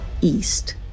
east